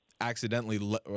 accidentally